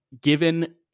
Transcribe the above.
given